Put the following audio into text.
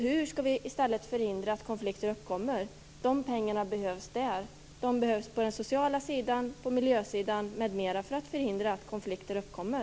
Hur skall vi i stället förhindra att konflikter uppkommer? Dessa pengar behövs där. De behövs på den sociala sidan, på miljösidan m.m. för att förhindra att konflikter uppkommer.